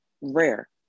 rare